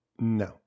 No